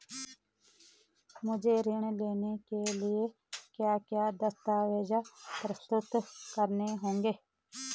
मुझे ऋण लेने के लिए क्या क्या दस्तावेज़ प्रस्तुत करने होंगे?